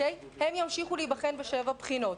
הם ימשיכו להיבחן בשבע בחינות,